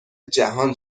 جهان